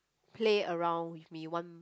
play around with me one